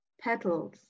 Petals